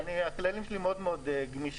הכללים שלי מאוד מאוד גמישים.